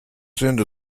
send